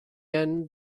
end